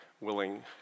willing